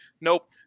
Nope